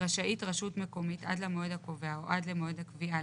רשאית רשות מקומית עד למועד הקובע או עד למועד הקביעה,